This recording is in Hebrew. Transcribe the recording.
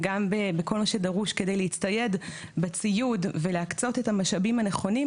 וגם בכל מה שדרוש כדי להצטייד בציוד ולהקצות את המשאבים הנכונים,